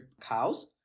cows